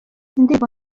indirimbo